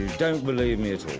don't believe me at